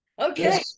Okay